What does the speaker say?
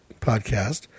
podcast